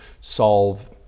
solve